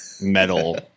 metal